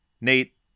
Nate